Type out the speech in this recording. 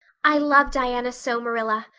i love diana so, marilla.